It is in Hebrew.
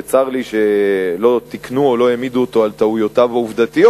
וצר לי שלא תיקנו או לא העמידו אותו על טעויותיו העובדתיות,